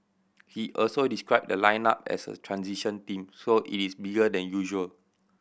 he also described the lineup as a transition team so it is bigger than usual